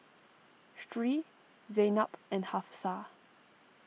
Sri Zaynab and Hafsa